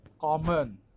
common